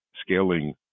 scaling